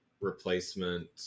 replacement